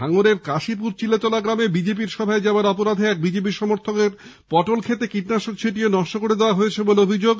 ভাঙড়ের কাশীপুর চিলেতলা গ্রামে বিজেপির সভায় যাওয়ার অপরাধে এক বিজেপি সমর্থকের পটল ক্ষেতে কীটনাশক ছিটিয়ে নষ্ট করে দেওয়া হয়েছে বলে বলে অভিযোগ